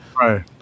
right